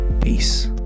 Peace